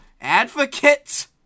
advocate